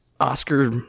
Oscar